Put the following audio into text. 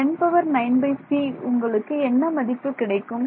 109c உங்களுக்கு என்ன மதிப்பு கிடைக்கும்